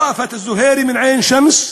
ראפת א-זוהיירי מעין א-שמס,